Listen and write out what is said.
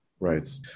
Right